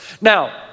Now